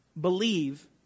believe